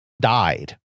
died